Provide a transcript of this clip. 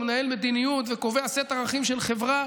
הוא מנהל מדיניות וקובע סט ערכים של חברה,